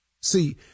See